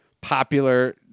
popular